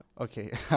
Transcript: okay